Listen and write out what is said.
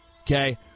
Okay